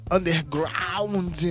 Underground